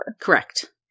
correct